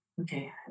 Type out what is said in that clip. okay